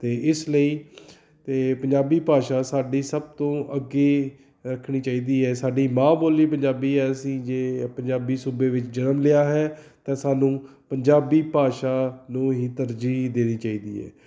ਅਤੇ ਇਸ ਲਈ ਅਤੇ ਪੰਜਾਬੀ ਭਾਸ਼ਾ ਸਾਡੀ ਸਭ ਤੋਂ ਅੱਗੇ ਰੱਖਣੀ ਚਾਹੀਦੀ ਹੈ ਸਾਡੀ ਮਾਂ ਬੋਲੀ ਪੰਜਾਬੀ ਹੈ ਅਸੀਂ ਜੇ ਪੰਜਾਬੀ ਸੂਬੇ ਵਿੱਚ ਜਨਮ ਲਿਆ ਹੈ ਤਾਂ ਸਾਨੂੰ ਪੰਜਾਬੀ ਭਾਸ਼ਾ ਨੂੰ ਹੀ ਤਰਜੀਹ ਦੇਣੀ ਚਾਹੀਦੀ ਹੈ